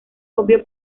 obvio